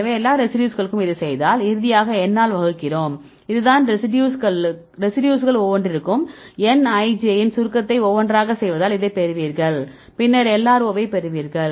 எனவே எல்லா ரெசிடியூஸ்களுக்கும் இதைச் செய்தால் இறுதியாக n ஆல் வகுக்கிறோம் இதுதான் ரெசிடியூஸ்கள் ஒவ்வொன்றிற்கும் n ij இன் சுருக்கத்தை ஒன்றாகச் செய்வதால் இதைப் பெறுவீர்கள் பின்னர் LRO ஐப் பெறுவீர்கள்